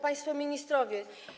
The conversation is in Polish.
Państwo Ministrowie!